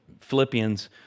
Philippians